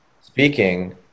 Speaking